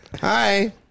Hi